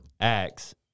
Acts